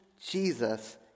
Jesus